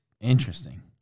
interesting